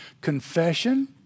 Confession